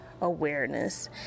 awareness